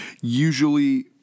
usually